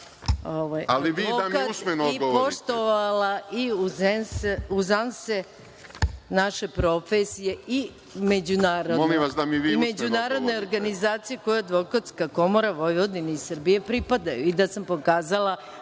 Ali, vi da mi usmeno odgovorite.